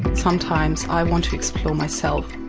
sometimes i want to explore myself,